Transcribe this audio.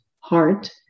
heart